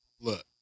look